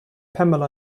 pamela